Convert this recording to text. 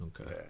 Okay